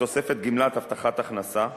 בתוספת גמלת הבטחת הכנסה,